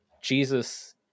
Jesus